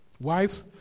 Wives